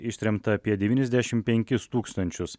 ištremta apie devyniasdešim penkis tūkstančius